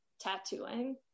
tattooing